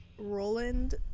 Roland